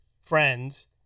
Friends